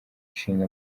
ishinga